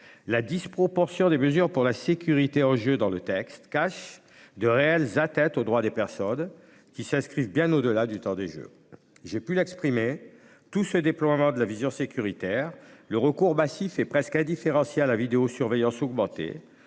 La disproportion des mesures de sécurité- l'un des enjeux de ce texte -cache de réelles atteintes aux droits des personnes, qui s'inscrivent bien au-delà du temps des Jeux. Comme j'ai pu le dire, tout ce déploiement de la vision sécuritaire et le recours massif et presque indifférencié à la vidéosurveillance augmentée